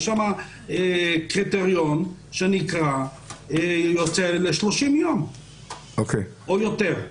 יש שם קריטריון שנקרא יוצא ל-30 ימים או יותר.